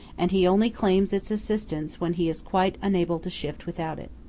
and he only claims its assistance when he is quite unable to shift without it.